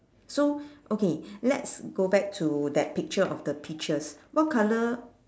so okay let's go back to that picture of the peaches what colour